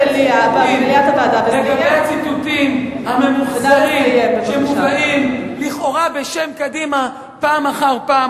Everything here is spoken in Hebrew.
לגבי הציטוטים הממוחזרים שמובאים לכאורה בשם קדימה פעם אחר פעם,